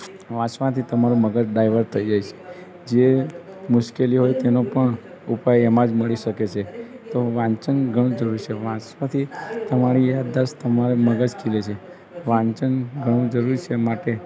વાંચવાથી તમારું મગજ ડાઈવર્ટ થઈ જાય છે જે મુશ્કેલીઓ હોય તેનો પણ ઉપાય એમાં જ મળી શકે છે તો વાંચન ઘણું જરૂરી છે વાંચવાથી તમારી યાદદાસ્ત તમારું મગજ ખીલે છે વાંચન ઘણું જરૂરી છે માટે